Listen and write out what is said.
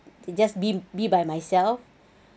okay just be be by myself